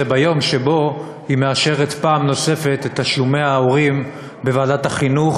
ביום שבו היא מאשרת פעם נוספת בוועדת החינוך